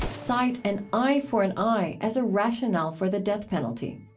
cite an eye for an eye as a rationale for the death penalty,